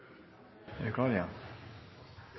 var klar